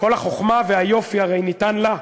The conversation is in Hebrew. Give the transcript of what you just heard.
כל החוכמה והיופי הרי ניתנו לה.